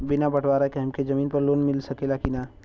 बिना बटवारा के जमीन पर हमके लोन मिल सकेला की ना?